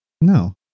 no